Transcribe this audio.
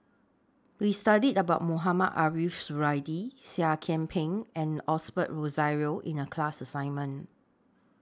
We studied about Mohamed Ariff Suradi Seah Kian Peng and Osbert Rozario in The class assignment